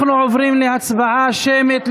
אנחנו עוברים להצבעה שמית,